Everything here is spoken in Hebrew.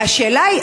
והשאלה היא,